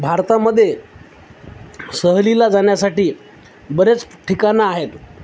भारतामध्ये सहलीला जाण्यासाठी बरेच ठिकाणं आहेत